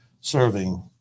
serving